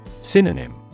Synonym